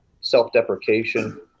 self-deprecation